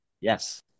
Yes